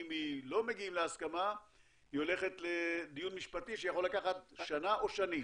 ואם לא מגיעים להסכמה היא הולכת לדיון משפטי שיכול לקחת שנה או שנים.